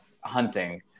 hunting